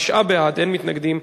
התשע"ב 2012,